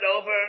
over